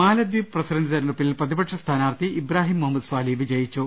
മാലദ്വീപ് president തെരഞ്ഞെടുപ്പിൽ പ്രതിപക്ഷ സ്ഥാനാർഥി ഇബ്രാഹിം മുഹമ്മദ് സ്വാലിഹ് വിജയിച്ചു